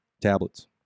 tablets